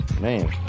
man